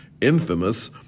infamous